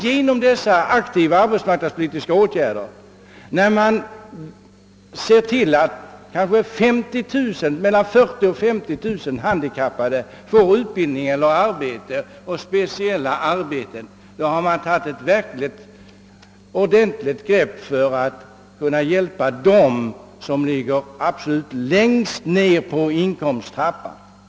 Genom dessa aktiva arbetspolitiska åtgärder, där man ser till att kanske 40 000 till 50 000 handikappade får utbildning och därefter speciella arbeten, har man tagit ett ordentligt grepp för att hjälpa dem som ligger absolut längst ned på inkomsttrappan.